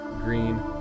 green